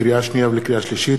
לקריאה שנייה ולקריאה שלישית,